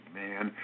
man